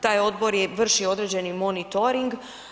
Taj odbor je vršio određeni monitoring.